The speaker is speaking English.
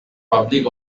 public